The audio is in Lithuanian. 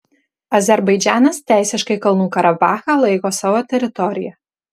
azerbaidžanas teisiškai kalnų karabachą laiko savo teritorija